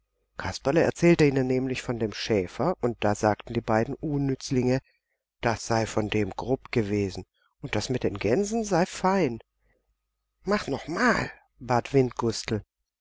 kasperle erzählte ihnen nämlich von dem schäfer und da sagten die beiden unnützlinge das sei von dem grob gewesen und das mit den gänsen sei fein mach's noch mal